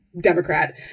democrat